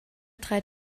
drei